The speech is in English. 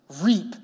reap